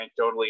anecdotally